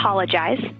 Apologize